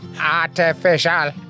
Artificial